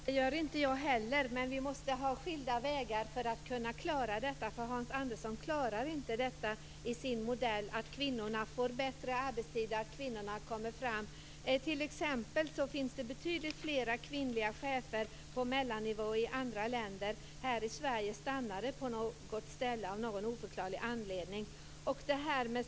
Herr talman! Det gör inte jag heller, Hans Andersson. Men vi måste gå skilda vägar för att kunna klara detta. Hans Andersson klarar inte i sin modell att kvinnorna får bättre arbetstid och att kvinnorna kommer fram. Det finns t.ex. betydligt fler kvinnliga chefer på mellannivå i andra länder. Här i Sverige stannar det på en viss nivå av någon oförklarlig anledning.